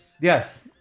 Yes